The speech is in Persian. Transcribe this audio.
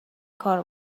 کارو